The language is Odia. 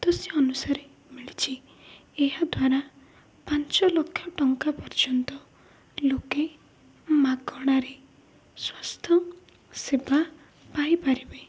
ସଦସ୍ୟ ଅନୁସାରେ ମିଳିଛି ଏହାଦ୍ୱାରା ପାଞ୍ଚ ଲକ୍ଷ ଟଙ୍କା ପର୍ଯ୍ୟନ୍ତ ଲୋକେ ମାଗଣାରେ ସ୍ୱାସ୍ଥ୍ୟ ସେବା ପାଇପାରିବେ